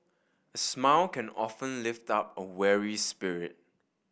a smile can often lift up a weary spirit